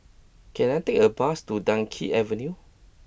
can I take a bus to Dunkirk Avenue